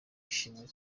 ishimwe